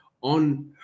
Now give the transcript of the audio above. on